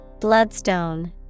Bloodstone